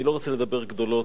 אני לא רוצה לדבר גדולות,